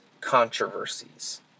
controversies